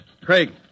Craig